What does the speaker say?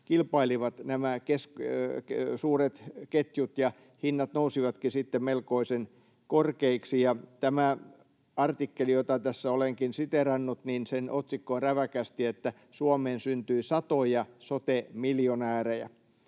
kilpailivat nämä suuret ketjut, ja hinnat nousivatkin sitten melkoisen korkeiksi. Tämän artikkelin, jota tässä olenkin siteerannut, otsikko on räväkästi ”Suomeen syntyy satoja sote-miljonäärejä”.